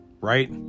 right